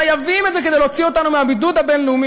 חייבים את זה כדי להוציא אותנו מהבידוד הבין-לאומי